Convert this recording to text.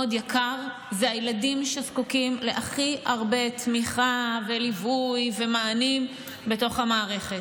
יקר זה הילדים שזקוקים להכי הרבה תמיכה וליווי ומענים בתוך המערכת.